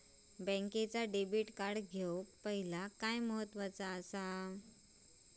बँकेचा debit card घेउक पाहिले काय महत्वाचा असा?